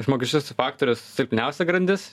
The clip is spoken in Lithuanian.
žmogiškasis faktorius silpniausia grandis